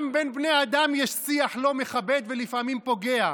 גם בין בני אדם יש שיח לא מכבד ולפעמים פוגע.